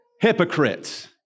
Hypocrites